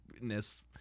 ness